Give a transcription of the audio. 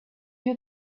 you